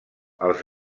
els